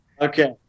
Okay